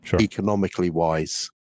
economically-wise